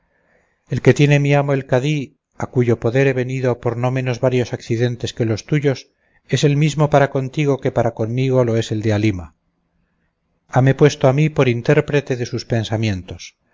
el que tiene mi amo el cadí a cuyo poder he venido por no menos varios accidentes que los tuyos es el mismo para contigo que para conmigo lo es el de halima hame puesto a mí por intérprete de sus pensamientos